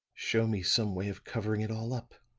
show me some way of covering it all up.